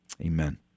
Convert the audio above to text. amen